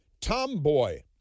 Tomboy